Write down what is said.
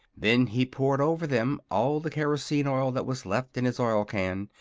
then he poured over them all the kerosene oil that was left in his oil-can,